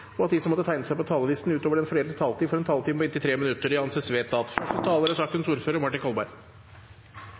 og at de som måtte tegne seg på talerlisten utover den fordelte taletiden, får en taletid på inntil 3 minutter. – Det anses vedtatt.